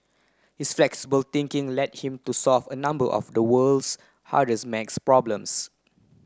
his flexible thinking led him to solve a number of the world's hardest maths problems